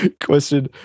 Question